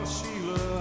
Sheila